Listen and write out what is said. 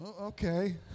Okay